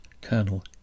Colonel